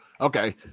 Okay